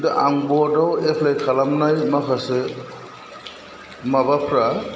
आं भट आव एप्लाइ खालामनाय माखासे माबाफ्रा